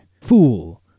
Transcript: Fool